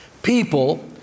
people